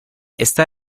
está